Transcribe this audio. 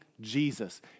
Jesus